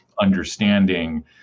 understanding